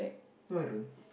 no I don't